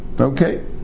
Okay